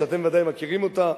שאתם בוודאי מכירים אותה,